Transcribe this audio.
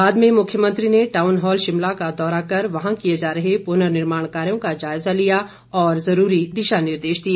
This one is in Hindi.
बाद में मुख्यमंत्री ने टाउन हॉल शिमला का दौरा कर वहां किए जा रहे पुर्ननिर्माण कार्यों का जायजा लिया और जरूरी दिशा निर्देश दिए